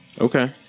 Okay